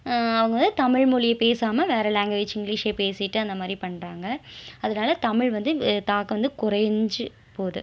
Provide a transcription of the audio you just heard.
அவங்க வந்து தமிழ் மொழியை பேசாமல் வேற லாங்குவேஜ் இங்கிலீஷே பேசிட்டு அந்தமாதிரி பண்றாங்கள் அதனால் தமிழ் வந்து தாக்கம் வந்து குறைஞ்சி போகுது